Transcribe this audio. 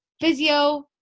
Physio